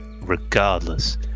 regardless